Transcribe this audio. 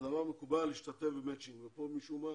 זה דבר מקובל להשתתף במצ'ינג ופה משום מה